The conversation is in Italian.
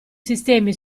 sistemi